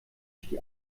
sich